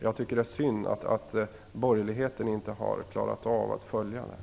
Jag tycker att det är synd att borgerligheten inte har klarat av att följa efter.